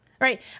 right